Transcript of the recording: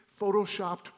photoshopped